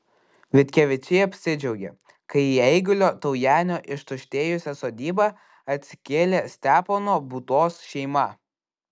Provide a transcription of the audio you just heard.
vitkevičiai apsidžiaugė kai į eigulio taujenio ištuštėjusią sodybą atsikėlė stepono būtos šeima